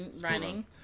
running